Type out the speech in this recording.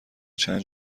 چند